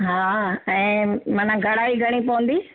हा ऐं माना घड़ाई घणी पवंदी